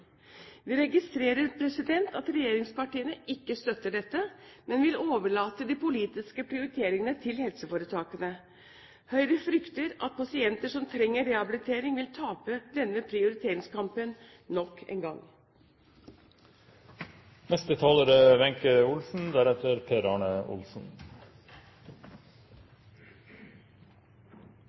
Vi registrerer at regjeringspartiene ikke støtter dette, men vil overlate de politiske prioriteringene til helseforetakene. Høyre frykter at pasienter som trenger rehabilitering, vil tape denne prioriteringskampen nok en gang. Den norske modellen med et godt offentlig helsevesen supplert av et ideelt helsevesen gir helsetjenester i Norge som er